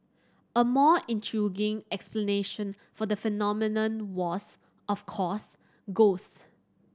a more intriguing explanation for the phenomenon was of course ghosts